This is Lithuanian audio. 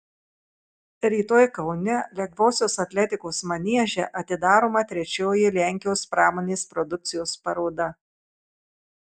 rytoj kaune lengvosios atletikos manieže atidaroma trečioji lenkijos pramonės produkcijos paroda